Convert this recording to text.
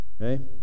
okay